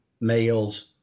males